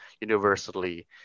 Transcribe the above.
universally